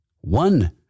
One